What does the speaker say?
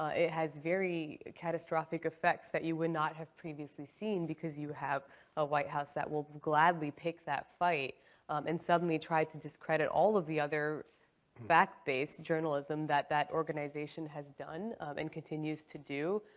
it has very catastrophic effects that you would not have previously seen because you have a white house that will gladly pick that fight and suddenly try to discredit all of the other fact-based journalism that that organization has done and continues to do.